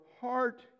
heart